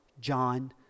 John